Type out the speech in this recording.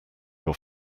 your